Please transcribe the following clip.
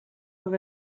with